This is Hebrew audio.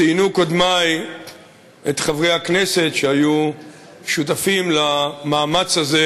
ציינו קודמי את חברי הכנסת שהיו שותפים למאמץ הזה,